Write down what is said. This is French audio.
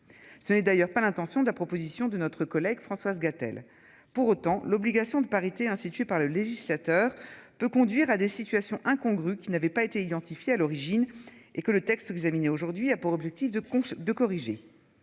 Ce n'est d'ailleurs pas l'intention de la proposition de notre collègue Françoise Gatel. Pour autant, l'obligation de parité institué par le législateur peut conduire à des situations incongrues qui n'avait pas été identifiée à l'origine et que le texte examiné aujourd'hui a pour objectif de courses